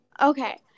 Okay